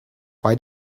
why